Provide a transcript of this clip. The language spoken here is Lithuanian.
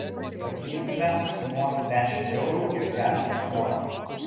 sakysime sumoki dešimt eurų ir gerk kiek nori